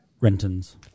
Renton's